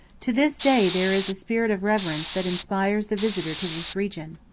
to this day there is a spirit of reverence that inspires the visitor to this region.